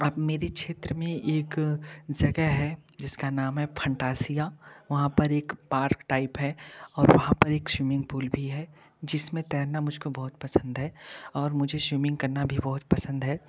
अब मेरे क्षेत्र में एक जगह है जिसका नाम है फंटासिया वहाँ पर एक पार्क टाइप है और वहाँ पर एक शुमिंग पूल भी है जिसमें तैरना मुझको बहुत पसंद है और मुझे शुमिंग करना भी बहुत पसंद है